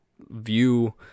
view